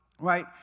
right